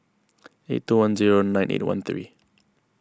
eight two one zero nine eight one three